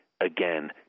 Again